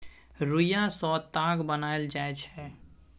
रुइया सँ ताग बनाएल जाइ छै